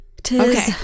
Okay